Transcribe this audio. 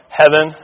heaven